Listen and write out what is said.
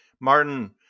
Martin